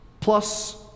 plus